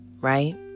right